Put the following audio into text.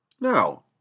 Now